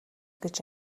гэж